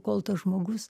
kol tas žmogus